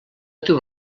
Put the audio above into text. diu